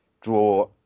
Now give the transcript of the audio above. draw